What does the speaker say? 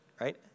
Right